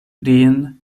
reen